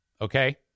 Okay